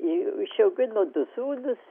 jau išaugino du sūnus